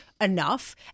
enough